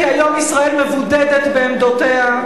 כי היום ישראל מבודדת בעקרונותיה,